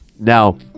Now